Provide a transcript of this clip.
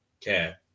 care